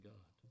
God